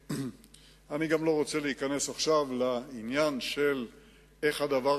אני גם לא רוצה להיכנס עכשיו לעניין של איך הדבר